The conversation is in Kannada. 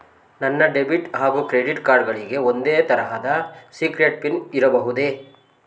ನನ್ನ ಡೆಬಿಟ್ ಹಾಗೂ ಕ್ರೆಡಿಟ್ ಕಾರ್ಡ್ ಗಳಿಗೆ ಒಂದೇ ತರಹದ ಸೀಕ್ರೇಟ್ ಪಿನ್ ಇಡಬಹುದೇ?